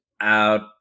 out